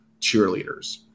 cheerleaders